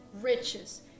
Riches